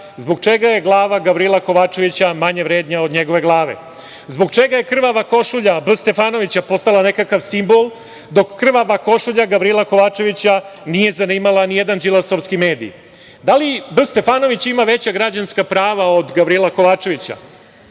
zbog čega je glava Gavrila Kovačevića manje vrednija od njegove glave? Zbog čega je krvava košulja B. Stefanovića postala nekakav simbol, dok krvava košulja Gavrila Kovačevića nije zanimala nijedan đilasovski mediji? Da li je B. Stefanović ima veća građanska prava od Gavrila Kovačevića?